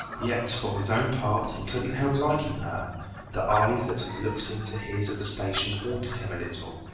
yet, for his own part, he couldn't help liking her the eyes that had looked into his at the station haunted him a little,